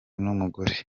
n’umugore